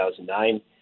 2009